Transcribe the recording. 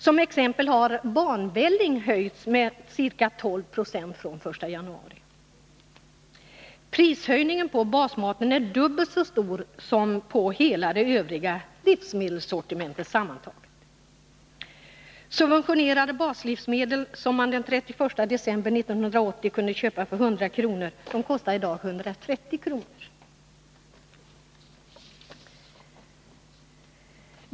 Som exempel kan jag nämna att priset på barnvälling har höjts med ca 12 9 från den 1 januari. Prishöjningen på basmaten är dubbelt så stor som på hela det övriga livsmedelssortimentet sammantaget. Subventionerade baslivsmedel som man den 31 december 1980 kunde köpa för 100 kr. kostar i dag 130 kr.